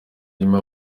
irimo